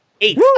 Eight